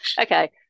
okay